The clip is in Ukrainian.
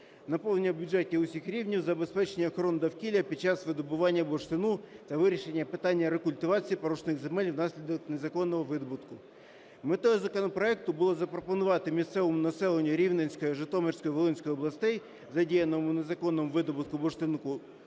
наповнення бюджетів усіх рівнів, забезпечення охорони довкілля під час видобування бурштину та вирішення питання рекультивації порушених земель внаслідок незаконного видобутку. Метою законопроекту було запропонувати місцевому населенню Рівненської, Житомирської, Волинської областей, задіяному в незаконному видобутку бурштину,